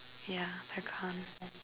ya they're gone